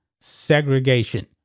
Segregation